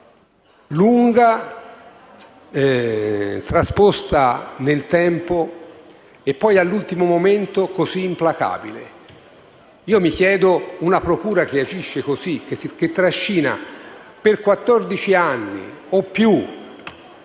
lunga, trasposta nel tempo e poi all'ultimo momento così implacabile. Siamo di fronte ad una procura che agisce così, che trascina per quattordici anni o più